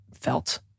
felt